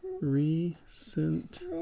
Recent